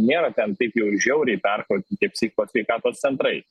nėra ten taip jau žiauriai pertvarkyti psichikos sveikatos centrai